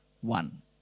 one